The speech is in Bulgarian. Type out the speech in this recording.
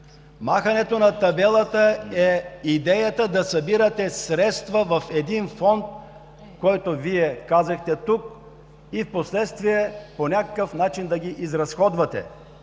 Махането на табелата е идеята да събирате средства в един фонд, който споменахте тук, и впоследствие по някакъв начин да ги изразходвате.